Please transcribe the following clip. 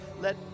let